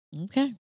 Okay